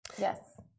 Yes